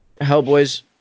Hellboy's